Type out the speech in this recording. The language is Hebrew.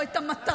או את המטרה,